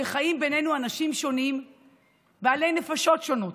שחיים בינינו אנשים שונים בעלי נפשות שונות.